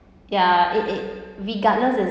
ya it it regardless